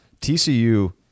TCU –